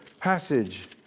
passage